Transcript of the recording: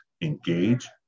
engage